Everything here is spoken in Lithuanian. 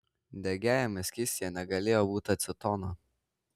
degiajame skystyje negalėjo būti acetono